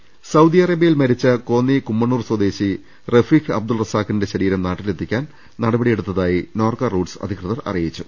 ൃ സൌദി അറേബ്യയിൽ മരിച്ച കോന്നി കുമ്മണ്ണൂർ സ്വദേശി റഫീഖ് അബ്ദൂൾ റസാഖിന്റെ ശരീരം നാട്ടിലെത്തിക്കാൻ നടപടി എടുത്ത തായി നോർക്ക റൂട്സ് അധികൃതർ അറിയിച്ചു